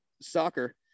soccer